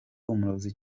umurozi